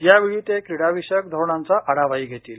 यावेळी ते क्रीडा विषयक धोरणांचा आढावाही घेतील